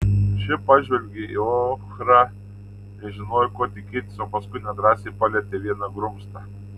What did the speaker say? ši pažvelgė į ochrą nežinojo ko tikėtis o paskui nedrąsiai palietė vieną grumstą